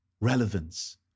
relevance